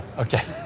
okay.